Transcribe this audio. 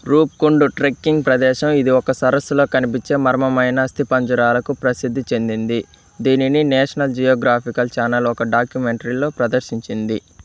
Roopkund trekking ప్రదేశం ఇది ఒక సరస్సులో కనిపించే మర్మమైన అస్థిపంజరాలకు ప్రసిద్ధి చెందింది దీనిని నేషనల్ జియోగ్రాఫిక్ ఛానల్ ఒక డాక్యుమెంటరీలో ప్రదర్శించింది